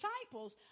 disciples